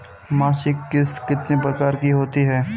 मासिक किश्त कितने प्रकार की होती है?